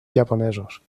japonesos